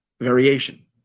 variation